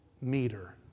meter